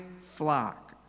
flock